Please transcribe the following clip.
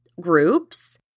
groups